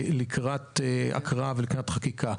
לקראת הקראה ולקראת חקיקה.